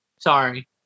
Sorry